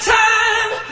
time